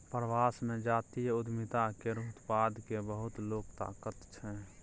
प्रवास मे जातीय उद्यमिता केर उत्पाद केँ बहुत लोक ताकय छै